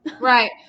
Right